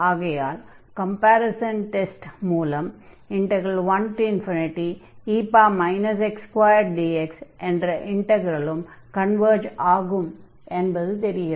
ஆகையால் comparison test மூலம் 1 dx என்ற இன்டக்ரலும் கன்வர்ஜ் ஆகும் என்பது தெரிகிறது